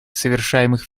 совершаемых